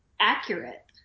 accurate